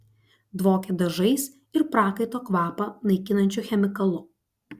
dvokė dažais ir prakaito kvapą naikinančiu chemikalu